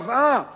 קבעה